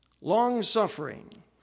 long-suffering